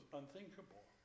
unthinkable